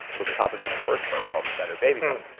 was the topic in my first book called the better baby book,